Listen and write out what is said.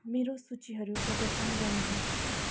मेरो सूचीहरू प्रदर्शन गर्नुहोस्